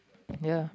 ya